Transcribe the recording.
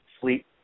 sleep